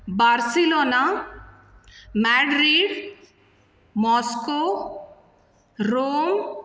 Barcelona Madrid Moscow Rome